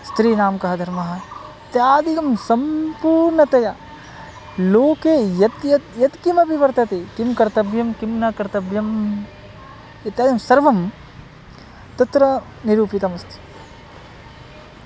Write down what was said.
स्त्रीणां कः धर्मः इत्यादिकं सम्पूर्णतया लोके यत् यत् यत्किमपि वर्तते किं कर्तव्यं किं न कर्तव्यम् इत्यादिसर्वं तत्र निरूपितमस्ति